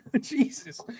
Jesus